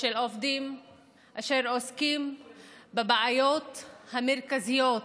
של עובדים אשר עוסקים בבעיות המרכזיות,